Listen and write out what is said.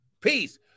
peace